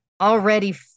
already